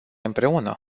împreună